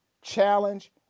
challenge